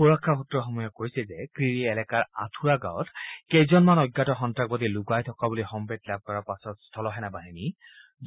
সুৰক্ষা সূত্ৰসমূহে কৈছে যে ক্ৰিৰি এলেকাৰ আঠুৰা গাঁৱত কেইজনমান অজ্ঞাত সন্ত্ৰাসবাদী লুকাই থকা বুলি সম্ভেদ লাভ কৰাৰ পাছত স্থল সেনাবাহিনী